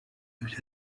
ibyo